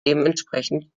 dementsprechend